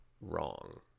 wrong